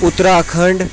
Uttarakhand